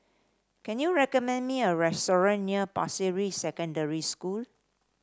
can you recommend me a restaurant near Pasir Ris Secondary School